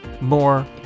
more